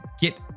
get